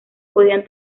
podían